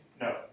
no